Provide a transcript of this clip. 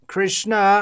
Krishna